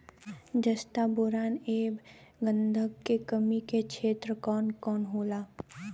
जस्ता बोरान ऐब गंधक के कमी के क्षेत्र कौन कौनहोला?